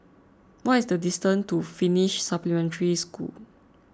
what is the distance to Finnish Supplementary School